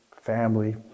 family